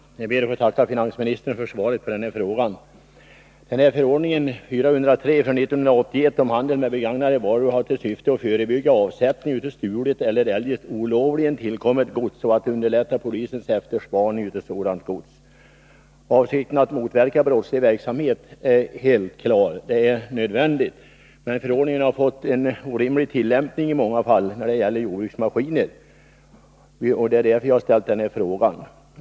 Herr talman! Jag ber att få tacka finansministern för svaret på min fråga. Förordningen 1981:403 om handel med begagnade varor har till syfte att förebygga avsättning av stulet eller eljest olovligen tillkommet gods och att underlätta polisens efterspaning av sådant gods. Avsikten att motverka brottslig verksamhet är helt klar. Det är en nödvändig inriktning. Men förordningen har fått en orimlig tillämpning i många fall när det gäller jordbruksmaskiner. Därför har jag ställt denna fråga.